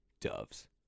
Doves